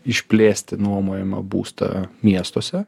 išplėsti nuomojamą būstą miestuose